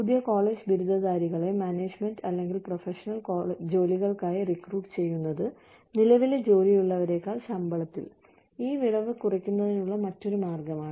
പുതിയ കോളേജ് ബിരുദധാരികളെ മാനേജ്മെൻറ് അല്ലെങ്കിൽ പ്രൊഫഷണൽ ജോലികൾക്കായി റിക്രൂട്ട് ചെയ്യുന്നത് നിലവിലെ ജോലിയുള്ളവരേക്കാൾ ശമ്പളത്തിൽ ഈ വിടവ് കുറയ്ക്കുന്നതിനുള്ള മറ്റൊരു മാർഗമാണ്